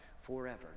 forever